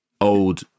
old